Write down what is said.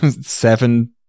Seven